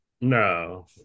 No